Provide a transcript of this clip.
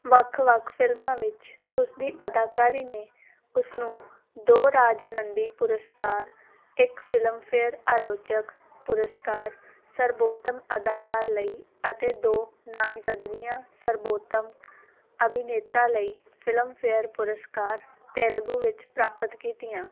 ਵੱਖ ਵੱਖ ਫਿਲਮਾਂ ਵਿੱਚ ਉਸ ਦੀ ਅਦਾਕਾਰੀ ਨੇ ਉਸ ਨੂੰ ਦੋ ਰਾਜ ਨੰਦੀ ਪੁਰਸਕਾਰ ਇੱਕ ਫਿਲਮਫੇਅਰ ਆਲੋਚਕ ਪੁਰਸਕਾਰ ਸਰਬੋਤਮ ਅਦਾਕਾਰ ਲਈ ਅਤੇ ਦੋ ਨਾਮਜ਼ਦਗੀਆਂ ਸਰਬੋਤਮ ਅਭਿਨੇਤਾ ਲਈ ਫਿਲਮਫੇਅਰ ਪੁਰਸਕਾਰ ਤੇਲਗੂ ਵਿੱਚ ਪ੍ਰਾਪਤ ਕੀਤੀਆਂ